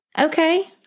okay